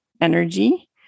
energy